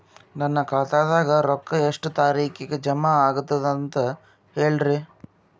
ನನ್ನ ಖಾತಾದಾಗ ರೊಕ್ಕ ಎಷ್ಟ ತಾರೀಖಿಗೆ ಜಮಾ ಆಗತದ ದ ಅಂತ ಹೇಳರಿ?